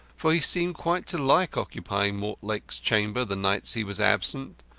for he seemed quite to like occupying mortlake's chamber the nights he was absent,